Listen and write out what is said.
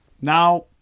now